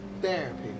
Therapy